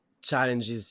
challenges